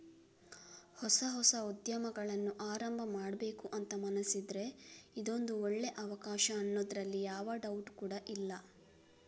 ಹೊಸ ಹೊಸ ಉದ್ಯಮಗಳನ್ನ ಆರಂಭ ಮಾಡ್ಬೇಕು ಅಂತ ಮನಸಿದ್ರೆ ಇದೊಂದು ಒಳ್ಳೇ ಅವಕಾಶ ಅನ್ನೋದ್ರಲ್ಲಿ ಯಾವ ಡೌಟ್ ಕೂಡಾ ಇಲ್ಲ